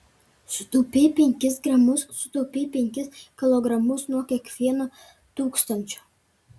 sutaupei penkis gramus sutaupei penkis kilogramus nuo kiekvieno tūkstančio